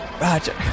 Roger